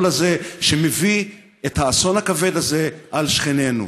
הזה שמביא את האסון הכבד הזה על שכנינו?